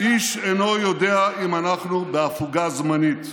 איש אינו יודע אם אנחנו בהפוגה זמנית.